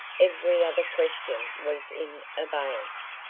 every other question was in abeyance.